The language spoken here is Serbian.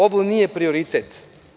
Ovo nije prioritet.